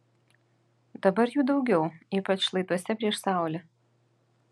dabar jų daugiau ypač šlaituose prieš saulę